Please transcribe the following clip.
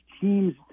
teams